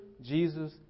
Jesus